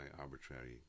arbitrary